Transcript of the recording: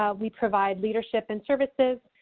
ah we provide leadership and services